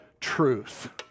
truth